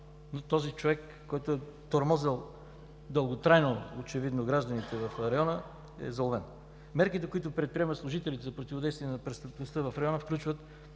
Този човек, който е тормозил дълготрайно очевидно гражданите в района, е заловен. Мерките, които предприемат служителите, за противодействие на престъпността в района включват